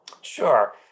Sure